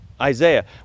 Isaiah